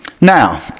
Now